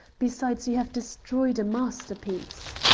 besides, you have destroyed a masterpiece.